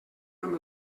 amb